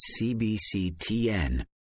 cbctn